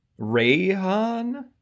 Rayhan